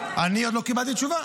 אני עוד לא קיבלתי תשובה.